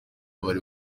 bari